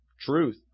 truth